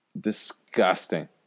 Disgusting